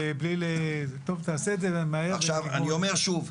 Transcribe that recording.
מוכן --- תעשה את זה מהר --- אני אומר שוב,